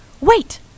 Wait